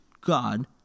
God